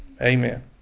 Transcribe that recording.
Amen